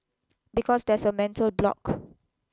because there's a mental block